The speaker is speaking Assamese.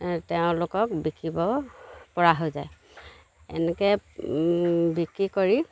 তেওঁলোকক বিকিব পৰা হৈ যায় এনেকে বিক্ৰী কৰি